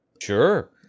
Sure